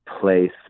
place